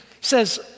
says